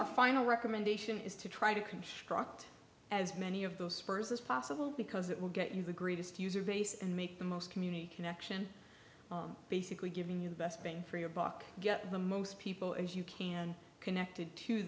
my final recommendation is to try to construct as many of those first as possible because it will get you the greatest user base and make the most community connection basically giving you the best bang for your buck get the most people as you can connected to